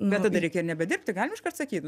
bet tada reikia ir nebedirbti galim iškart sakyt